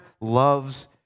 loves